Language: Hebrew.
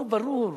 לא, ברור.